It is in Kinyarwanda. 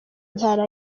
ntara